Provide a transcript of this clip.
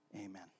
Amen